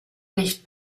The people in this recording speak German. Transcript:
licht